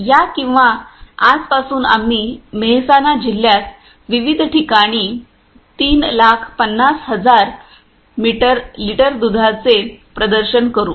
या किंवा आजपासून आम्ही मेहसाणा जिल्ह्यात विविध ठिकाणी 350000 मीटर लिटर दुधाचे प्रदर्शन करू